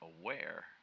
aware